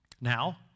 now